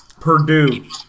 Purdue